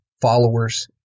followers